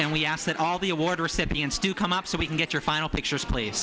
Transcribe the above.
and we ask that all the award recipients to come up so we can get your final pictures please